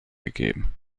gegeben